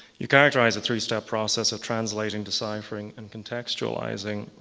you characterize a three-step process of translating, deciphering and contextualizing.